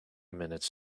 minutes